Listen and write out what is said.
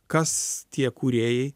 kas tie kūrėjai